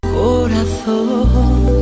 corazón